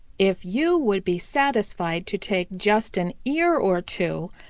if you would be satisfied to take just an ear or two,